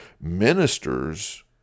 ministers